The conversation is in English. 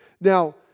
Now